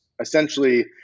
essentially